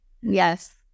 Yes